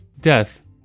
death